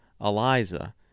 Eliza